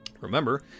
Remember